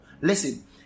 Listen